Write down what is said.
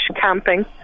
camping